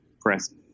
press